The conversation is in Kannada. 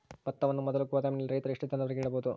ಭತ್ತವನ್ನು ಮೊದಲು ಗೋದಾಮಿನಲ್ಲಿ ರೈತರು ಎಷ್ಟು ದಿನದವರೆಗೆ ಇಡಬಹುದು?